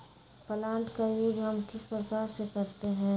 Plant का use हम किस प्रकार से करते हैं?